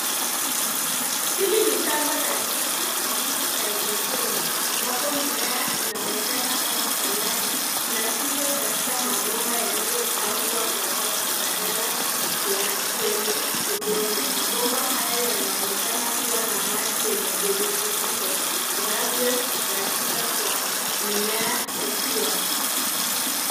Hili ni shamba la kisasa kilimo cha hydroponic ambapo mimea inaonekana kama saladi inakuzwa katika maboma yaliyopangwa kwa safu badala ya kwenye udongo. Mabomba hayo yanaonekana kuwa na maji yenye virutubisho vinavyohitajika kwa mimea kukua.